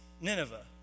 Nineveh